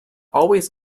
always